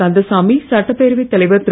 கந்தசாமி சட்டப்பேரவைத் தலைவர் திரு